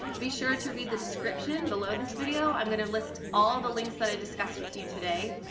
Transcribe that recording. be sure to read the description below this video. i'm gonna list all the links that i discussed with you today.